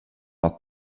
att